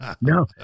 No